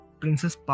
princess